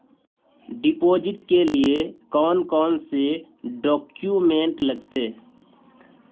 Deposit के लिए कौन कौन से डॉक्यूमेंट लगते?